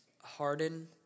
Harden